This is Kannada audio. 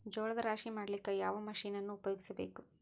ಜೋಳದ ರಾಶಿ ಮಾಡ್ಲಿಕ್ಕ ಯಾವ ಮಷೀನನ್ನು ಉಪಯೋಗಿಸಬೇಕು?